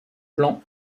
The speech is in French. plans